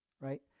right